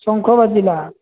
ଶଙ୍ଖ ବାଜିଲା